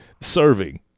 serving